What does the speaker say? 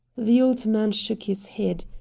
the old man shook his head.